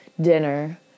dinner